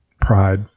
pride